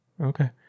Okay